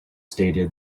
stated